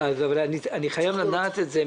אני חייב לדעת את זה,